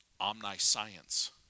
Omniscience